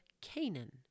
Canaan